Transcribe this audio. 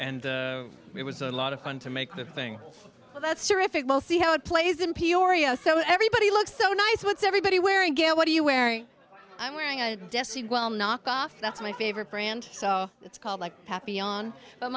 and it was a lot of fun to make that thing that's terrific both see how it plays in peoria so everybody looks so nice what's everybody wearing what are you wearing i'm wearing i will knock off that's my favorite brand so it's called like happy on